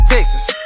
Texas